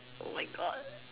oh my god